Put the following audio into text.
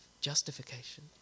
justification